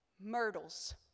myrtles